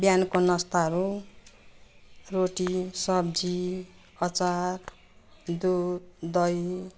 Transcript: बिहानको नास्ताहरू रोटी सब्जी अचार दुध दही